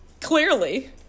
Clearly